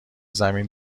زمین